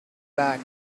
back